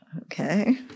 Okay